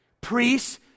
priests